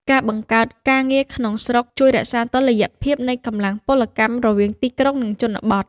ការបង្កើតការងារក្នុងស្រុកជួយរក្សាតុល្យភាពនៃកម្លាំងពលកម្មរវាងទីក្រុង និងជនបទ។